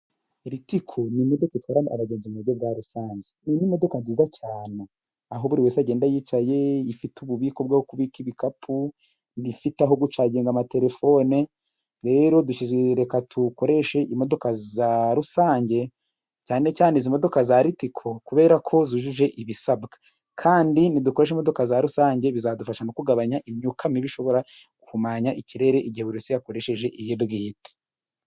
Ritiko ni imodoka itwara abagenzi mu buryo bwa rusange, iyi ni imodoka nziza cyane aho buri wese agenda yicaye, ifite ububiko bw'aho kubika ibikapu, iba ifite aho gucaginga amatelefone, rero reka dukoreshe imodoka za rusange cyane cyane izi modoka za ritico kubera ko zujuje ibisabwa, kandi ni dukoresha imodoka za rusange bizadufasha no kugabanya imyuka mibi ishobora guhumanya ikirere igihe buri wese yakoresheje iye bwite.